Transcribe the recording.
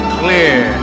clear